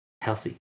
healthy